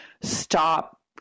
stop